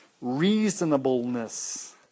reasonableness